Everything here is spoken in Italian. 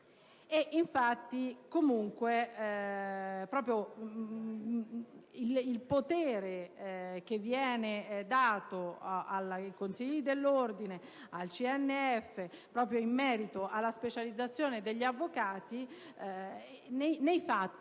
Infatti, il potere che viene dato ai consigli dell'ordine e al CNF proprio in merito alla specializzazione degli avvocati, nei fatti,